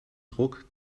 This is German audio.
druck